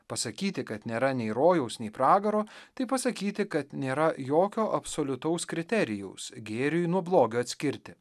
pasakyti kad nėra nei rojaus nei pragaro tai pasakyti kad nėra jokio absoliutaus kriterijaus gėriui nuo blogio atskirti